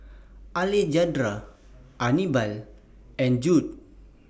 Alejandra Anibal and Jude